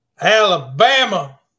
Alabama